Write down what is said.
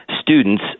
Students